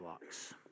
blocks